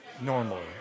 normally